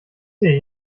sehe